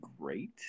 great